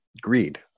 greed